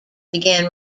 began